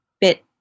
bit